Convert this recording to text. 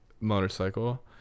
motorcycle